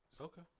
okay